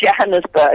Johannesburg